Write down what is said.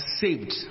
saved